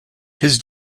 his